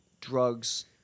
drugs